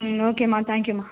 ம் ஓகேம்மா தேங்க் யூம்மா